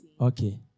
Okay